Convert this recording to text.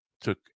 took